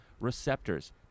receptors